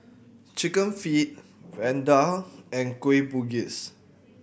Chicken Feet Vadai and Kueh Bugis